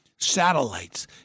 satellites